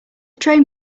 train